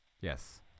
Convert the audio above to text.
Yes